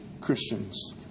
Christians